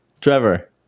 Trevor